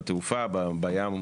ביבשה,